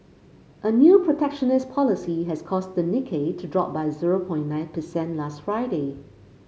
a new protectionist policy has caused the Nikkei to drop by zero point nine percent last Friday